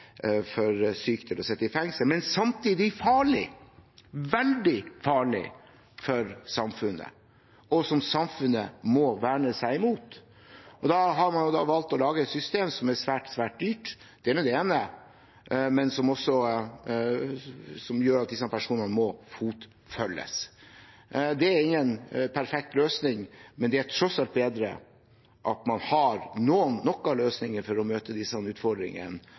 som samfunnet må verne seg mot. Man har da valgt å lage et system som er svært, svært dyrt – det er det ene – og som også gjør at disse personene må fotfølges. Det er ingen perfekt løsning, men det er tross alt bedre at man har noe av løsningen for å møte disse utfordringene: